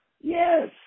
Yes